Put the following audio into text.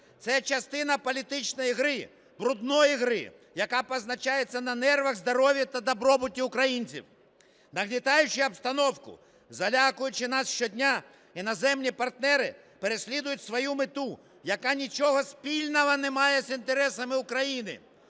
Це частина політичної гри, брудної гри, яка позначається на нервах, здоров'ї та добробуті українців. Нагнітаючи обстановку, залякуючи нас щодня, іноземні партнери переслідують свою мету, яка нічого спільного немає з інтересами України.